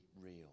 real